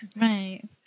Right